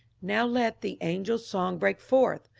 now let the angel-eong break forth!